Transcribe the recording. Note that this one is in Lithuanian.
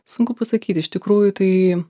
sunku pasakyti iš tikrųjų tai